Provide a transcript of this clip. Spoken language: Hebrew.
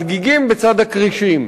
הדגיגים בצד הכרישים.